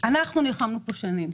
אנחנו נלחמנו כאן שנים.